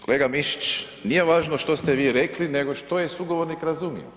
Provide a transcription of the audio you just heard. Kolega Mišić, nije važno što ste vi rekli nego što je sugovornik razumio.